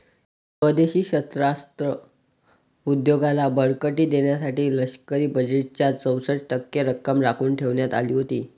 स्वदेशी शस्त्रास्त्र उद्योगाला बळकटी देण्यासाठी लष्करी बजेटच्या चौसष्ट टक्के रक्कम राखून ठेवण्यात आली होती